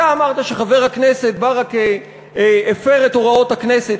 אתה אמרת שחבר הכנסת ברכה הפר את הוראות הכנסת.